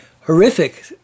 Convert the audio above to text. horrific